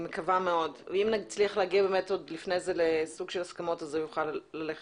אם נצליח להגיע לפני זה להסכמות אז זה ילך מהר.